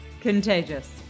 contagious